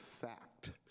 fact